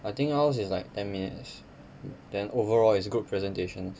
I think ours is like ten minutes than overall is group presentation